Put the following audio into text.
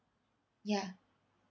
ya